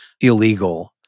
illegal